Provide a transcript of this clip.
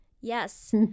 Yes